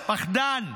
פחדן.